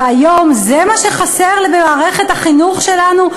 והיום, זה מה שחסר למערכת החינוך שלנו?